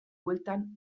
bueltan